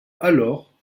alors